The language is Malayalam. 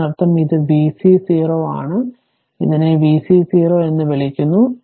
അതിനർത്ഥം ഇത് vc 0 എന്നാണ് ഇതിനെ vc 0 എന്ന് വിളിക്കുന്നത്